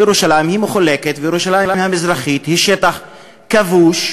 שירושלים מחולקת וירושלים המזרחית היא שטח כבוש,